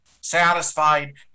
satisfied